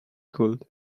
could